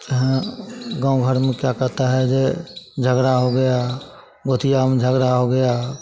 चाहें गाँव घर में क्या कहता है यह झगड़ा हो गया गोतिया में झगड़ा हो गया